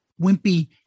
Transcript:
wimpy